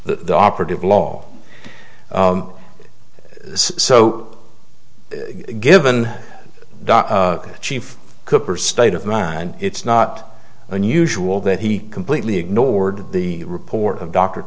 the operative law so given that chief cooper state of mind it's not unusual that he completely ignored the report of dr